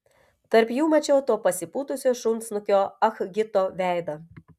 tarp jų mačiau to pasipūtusio šunsnukio ah gito veidą